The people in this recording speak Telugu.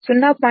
03